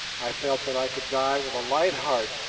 i felt that i could die with a light heart,